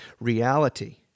reality